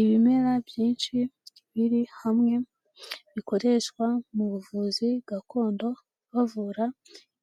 Ibimera byinshi biri hamwe bikoreshwa mu buvuzi gakondo bavura